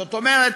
זאת אומרת,